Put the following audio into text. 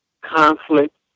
conflict